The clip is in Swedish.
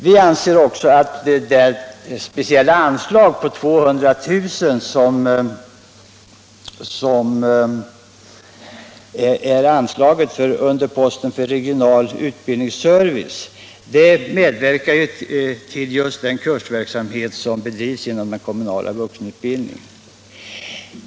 Vi anser vidare att det speciella anslaget på 200 000 kr. till regional utbildningsservice skall främja just sådan kursverksamhet som bedrivs inom den kommunala vuxenutbildningen på detta område.